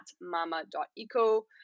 mama.eco